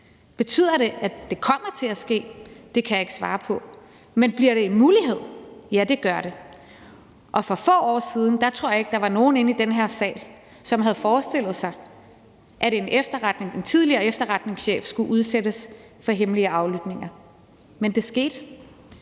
Betyder det, at det kommer til at ske? Det kan jeg ikke svare på, men bliver det en mulighed? Ja, det gør det, og for få år siden tror jeg ikke, der var nogen i den her sal, som havde forestillet sig, at en tidligere efterretningschef skulle udsættes for hemmelige aflytninger, men det skete.